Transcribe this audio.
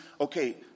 Okay